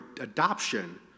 adoption